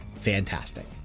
fantastic